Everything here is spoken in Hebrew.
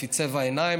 לפי צבע עיניים?